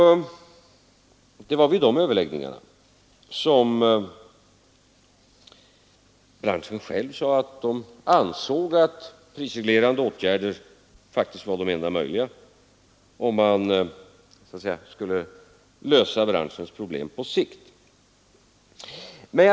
Det var vid de överläggningarna som branschens företrädare själva sade att de ansåg att prisreglerande åtgärder faktiskt var de enda möjliga, om man skulle lösa branschens problem på sikt.